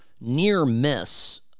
near-miss